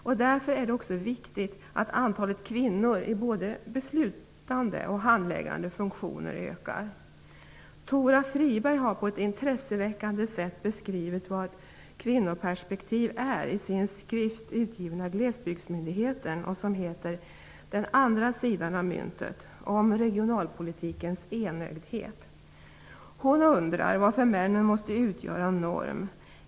Det är därför viktigt att antalet kvinnor i beslutande och handläggande funktioner ökar. Tora Friberg har på ett intresseväckande sätt beskrivit vad ett kvinnoperspektiv är i sin skrift, utgiven av Glesbygdsmyndigheten, Den andra sidan av myntet -- om regionalpolitikens enögdhet. Hon undrar varför männen måste utgöra norm.